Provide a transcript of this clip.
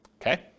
okay